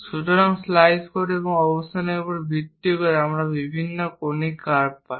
সুতরাং স্লাইস কোণ এবং অবস্থানের উপর ভিত্তি করে আমরা বিভিন্ন কনিক কার্ভ পাই